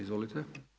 Izvolite.